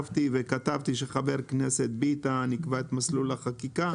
כתבתי שחבר הכנסת ביטן יקבע את מסלול החקיקה.